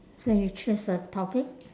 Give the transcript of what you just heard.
so you choose a topic